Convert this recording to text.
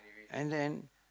and then